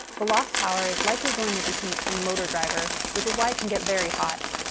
the lost power is likely going into heat in the motor driver, which is why it can get very hot.